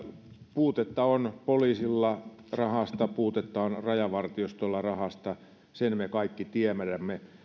puutetta on poliisilla rahasta puutetta on rajavartiostolla rahasta sen me kaikki tiedämme